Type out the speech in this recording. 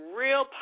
real